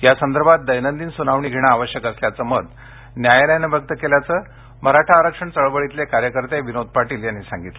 या संदर्भात दैनंदिन सूनावणी घेणं आवश्यक असल्याचं मत न्यायालयानं व्यक्त केल्याचं मराठा आरक्षण चळवळीतले कार्यकर्ते विनोद पाटील यांनी सांगितलं